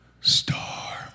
star